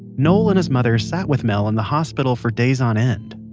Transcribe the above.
noel and his mother sat with mel in the hospital for days on end.